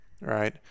right